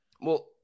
Well-